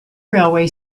railway